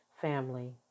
family